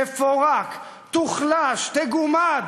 תפורק, תוחלש, תגומד,